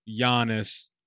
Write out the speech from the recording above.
Giannis